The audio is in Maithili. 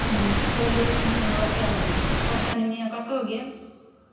सुपौले कि ओतय परसौनिये कतहुँ गेल